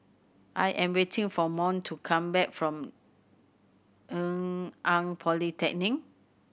I am waiting for Mont to come back from Polytechnic